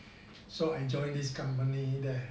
so I join this company there